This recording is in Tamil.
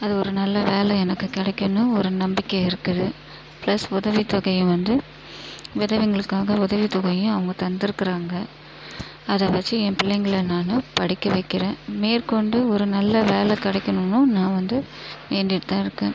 அது ஒரு நல்ல வேலை எனக்கு கிடைக்குன்னு ஒரு நம்பிக்கை இருக்குது பிளஸ் உதவித் தொகையும் வந்து விதவைங்களுக்காக உதவித் தொகையும் அவங்க தந்திருக்கிறாங்க அதை வச்சு என் பிள்ளைங்கள நானும் படிக்க வைக்கிறேன் மேற்கொண்டு ஒரு நல்ல வேலை கிடைக்கணும்னு நான் வந்து வேண்டிகிட்டுதான் இருக்கேன்